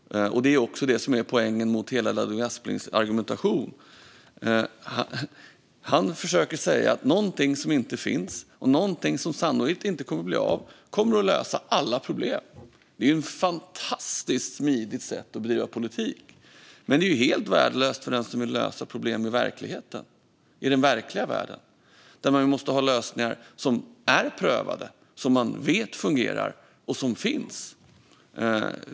Det är också det som är poängen mot hela Ludvig Asplings argumentation. Han försöker att säga att någonting som inte finns, någonting som sannolikt inte kommer att bli av, kommer att lösa alla problem. Det är ett fantastiskt smidigt sätt bedriva politik. Men det är helt värdelöst för den som vill lösa problem i verkligheten i den verkliga världen, där man måste ha lösningar som är prövade, som man vet fungerar och som finns.